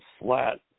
flat